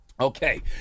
Okay